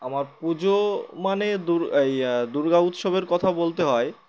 আমার পুজো মানে এই দুর্গা উৎসবের কথা বলতে হয়